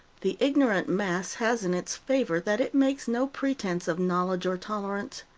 the ignorant mass has in its favor that it makes no pretense of knowledge or tolerance.